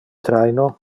traino